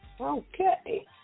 Okay